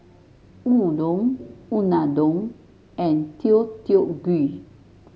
Udon Unadon and Deodeok Gui